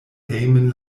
hejmen